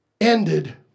ended